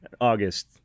August